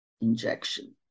injection